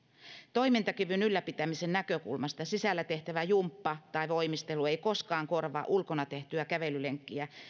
toimintakyvyn ylläpitämisen näkökulmasta sisällä tehtävä jumppa tai voimistelu ei koskaan korvaa ulkona tehtyä kävelylenkkiä